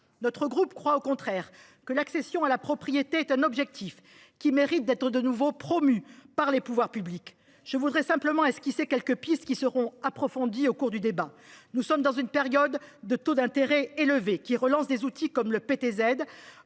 Notre groupe croit au contraire que l’accession à la propriété est un objectif qui mérite d’être de nouveau promu par les pouvoirs publics. Je veux esquisser quelques pistes qui seront approfondies au cours du débat. En cette période de taux d’intérêt élevés et de relance d’outils comme le PTZ